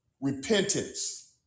repentance